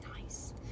Nice